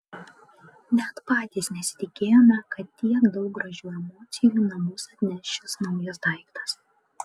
net patys nesitikėjome kad tiek daug gražių emocijų į namus atneš šis naujas daiktas